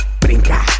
brinca